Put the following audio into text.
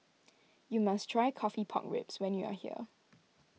you must try Coffee Pork Ribs when you are here